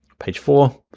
page four.